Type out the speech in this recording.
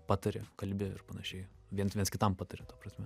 patari kalbi ir panašiai viens viens kitam patari ta prasme